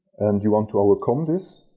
and you want to overcome this,